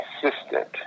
consistent